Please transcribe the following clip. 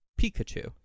Pikachu